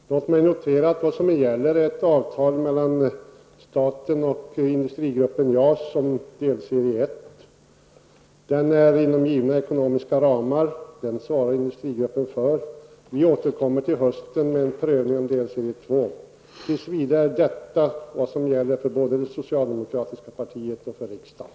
Herr talman! Låt mig fästa uppmärksamheten på att vad som gäller är ett avtal mellan staten och industrigruppen JAS om delserie 1. De ekonomiska ramarna är givna och dem svarar industrigruppen för. Vi återkommer till hösten med en prövning av delserie 2. Tills vidare är detta vad som gäller både för det socialdemokratiska partiet och för riksdagen.